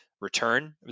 return